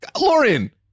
Lauren